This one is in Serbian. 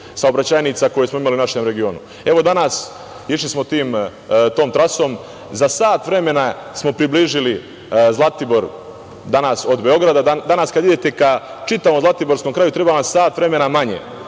saobraćajnica koje smo imali u našem regionu. Evo, danas smo išli tom trasom. Za sat vremena smo približili Zlatibor danas od Beograda. Danas kada idete ka čitavom zlatiborskom kraju treba vam sat vremena manje.